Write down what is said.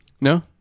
No